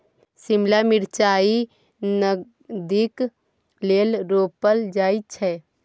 शिमला मिरचाई नगदीक लेल रोपल जाई छै